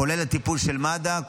כולל הטיפול של מד"א,